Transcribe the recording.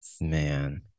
Man